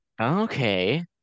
Okay